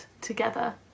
together